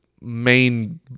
main